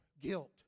guilt